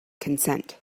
consent